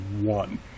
one